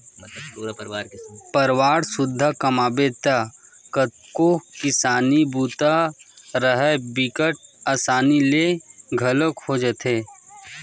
परवार सुद्धा कमाबे त कतको किसानी बूता राहय बिकट असानी ले घलोक हो जाथे